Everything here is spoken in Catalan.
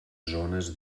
zones